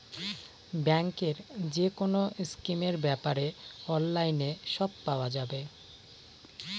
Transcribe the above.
ব্যাঙ্কের যেকোনো স্কিমের ব্যাপারে অনলাইনে সব পাওয়া যাবে